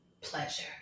pleasure